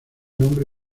nombre